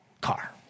car